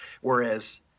Whereas